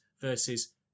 versus